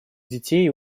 детей